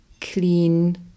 clean